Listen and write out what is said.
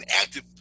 active